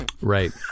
Right